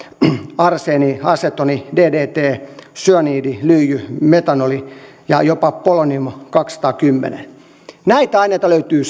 arseeni asetoni ddt syanidi lyijy metanoli ja jopa polonium kaksisataakymmentä näitä aineita löytyy